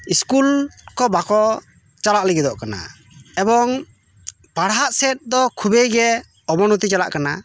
school ᱠᱚ ᱵᱟᱠᱚ ᱪᱟᱞᱟᱜ ᱞᱟᱹᱜᱤᱫᱚᱜ ᱠᱟᱱᱟ ᱮᱵᱚᱝ ᱯᱟᱲᱦᱟᱜ ᱥᱮᱫ ᱫᱚ ᱠᱷᱩᱵᱮᱭ ᱜᱮ ᱚᱵᱚᱱᱚᱛᱤ ᱪᱟᱞᱟᱜ ᱠᱟᱱᱟ